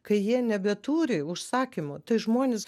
kai jie nebeturi užsakymų tai žmonės